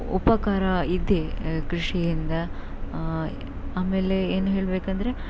ಉಪಕಾರ ಇದೆ ಕೃಷಿಯಿಂದ ಆಮೇಲೆ ಏನು ಹೇಳ್ಬೇಕು ಅಂದರೆ